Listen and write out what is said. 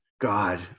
God